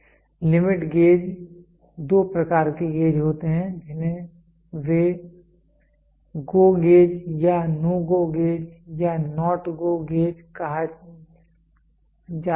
limit gauge दो प्रकार के गेज होते हैं जिन्हें वे GO गेज या NO GO गेज या NOT GO गेज कहा जाता है